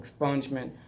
expungement